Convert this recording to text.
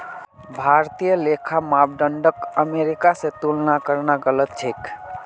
भारतीय लेखा मानदंडक अमेरिका स तुलना करना गलत छेक